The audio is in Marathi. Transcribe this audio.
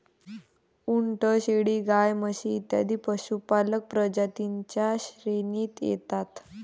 उंट, शेळी, गाय, म्हशी इत्यादी पशुपालक प्रजातीं च्या श्रेणीत येतात